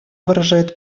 выражает